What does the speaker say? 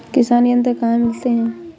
किसान यंत्र कहाँ मिलते हैं?